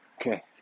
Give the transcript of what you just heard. Okay